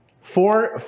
four